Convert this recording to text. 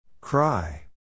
Cry